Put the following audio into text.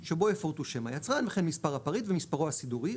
שבו יפורטו שם היצרן וכן מספר הפריט ומספרו הסידורי,